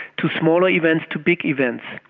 to smaller events, to big events,